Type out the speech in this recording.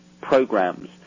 programs